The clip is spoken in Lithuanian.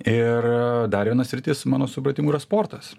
ir dar viena sritis mano supratimu yra sportas